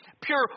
pure